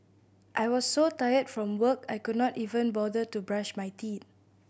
I was so tired from work I could not even bother to brush my teeth